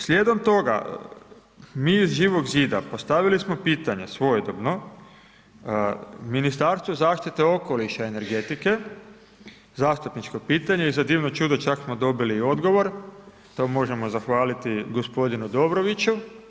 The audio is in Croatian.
Slijedom toga mi iz Živog zida postavili smo pitanja svojedobno Ministarstvu zaštite okoliša i energetike, zastupničko pitanje, i za divno čudo čak smo dobili i odgovor, to možemo zahvaliti gospodinu Dobroviću.